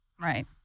Right